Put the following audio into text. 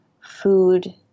food